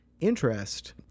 interest